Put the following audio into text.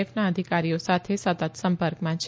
એફના અધિકારીઓ સાથે સતત સંપર્કમાં છે